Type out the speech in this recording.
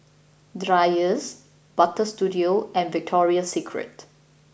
Dreyers Butter Studio and Victoria Secret